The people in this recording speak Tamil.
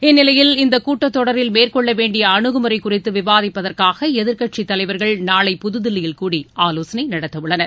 இந்நிலையில் இந்தகூட்டத்தொடரில் மேற்கொள்ளவேண்டியஅணுகுமுறைகுறித்துவிவாதிப்பதற்காகஎதிர்க்கட்சிதலைவர்கள் நாளை புதுதில்லியில் கூடி ஆலோசனைநடத்தஉள்ளனர்